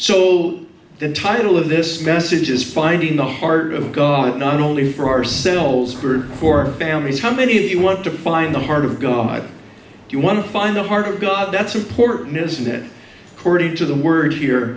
so the title of this message is finding the heart of god not only for ourselves for your families how many of you want to find the heart of god you want to find the heart of god that's important isn't it already to the word here